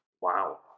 Wow